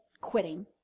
quitting